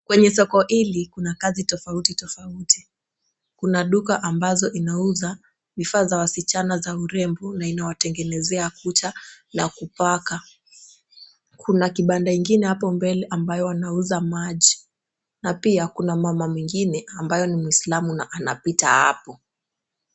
Kwenye soko hili kuna kazi tofauti tofauti. Kuna duka ambazo inauza vifaa za wasichana za urembo na inawatengenezea kucha na kupaka. Kuna kibanda ingine apo mbele ambayo wanauza maji na pia kuna mama mwingine ambayo ni mwislamu na anapita hapo.